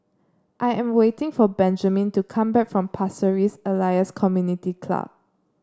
I am waiting for Benjamin to come back from Pasir Ris Elias Community Club